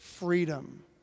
freedom